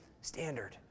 standard